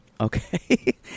Okay